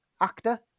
actor